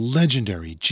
legendary